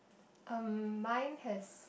um mine has